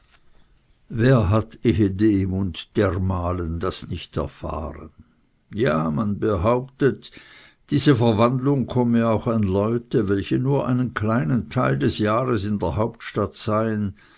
wer hat ehedem und dermalen das nicht erfahren ja man behauptet diese verwandlung komme auch an leute welche nur einen kleinen teil des jahres in der hauptstadt seien